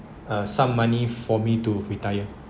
uh some money for me to retire